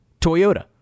Toyota